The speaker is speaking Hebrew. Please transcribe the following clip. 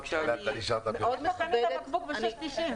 איפה קנית בקבוק ב-6.90?